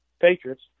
Patriots